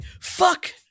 Fuck